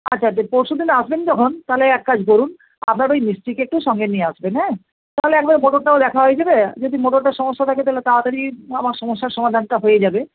আচ্ছা আচ্ছা পরশু দিন আসবেন যখন তাহলে এক কাজ করুন আপনার ওই মিস্ত্রিকে একটু সঙ্গে নিয়ে আসবেন হ্যাঁ তাহলে একবারে মোটরটাও দেখা হয়ে যাবে যদি মোটরটার সমস্যা থাকে তাহলে তাড়াতাড়ি আমার সমস্যার সমাধানটা হয়ে যাবে